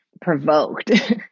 provoked